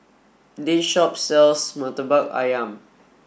this shop sells Murtabak Ayam